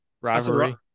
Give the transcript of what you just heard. Rivalry